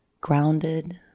grounded